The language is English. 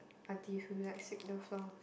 aunties who like sweep the floor